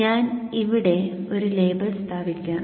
ഞാൻ ഇവിടെ ഒരു ലേബൽ സ്ഥാപിക്കാം